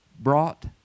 brought